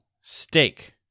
steak